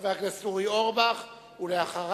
חבר הכנסת אורי אורבך, בבקשה.